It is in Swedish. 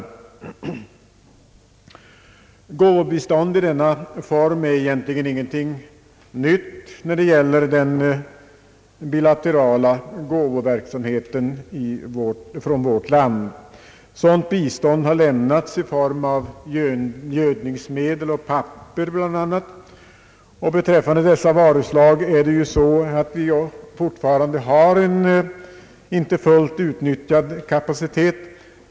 Gåvobistånd i denna form är egentligen ingenting nytt i vårt lands bilaterala biståndsverksamhet. Sådant bistånd har lämnats i form av bl.a. gödningsmedel och papper. Beträffande dessa varuslag har vi ju fortfarande en inte fullt utnyttjad kapacitet.